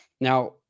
Now